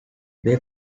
they